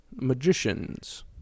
magicians